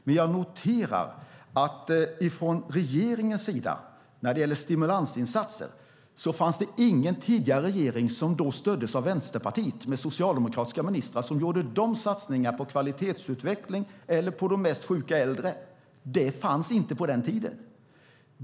Men jag noterar att när det gäller stimulansinsatser från regeringens sida fanns det ingen tidigare regering med socialdemokratiska ministrar som då stöddes av Vänsterpartiet som gjorde sådana satsningar på kvalitetsutveckling eller på de sjukaste äldre. Det fanns inte på den tiden.